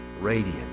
radiant